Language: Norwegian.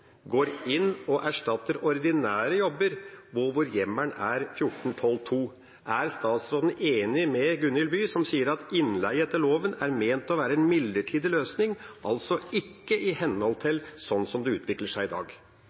går inn og erstatter ordinære jobber, hvor hjemmelen er § 14-12 . Er statsråden enig med Eli Gunhild By, som sier at innleie etter loven er ment å være en midlertidig løsning, altså ikke i henhold til slik det utvikler seg i dag?